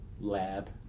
lab